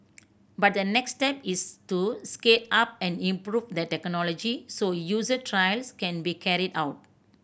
but the next step is to scale up and improve the technology so user trials can be carried out